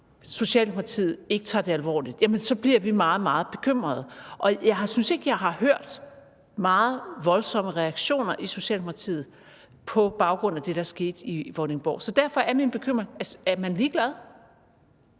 når Socialdemokratiet ikke tager det alvorligt, så bliver vi meget, meget bekymrede. Jeg synes ikke, at jeg har hørt meget voldsomme reaktioner i Socialdemokratiet på baggrund af det, der skete i Vordingborg. Så derfor er min bekymring, at man er ligeglad.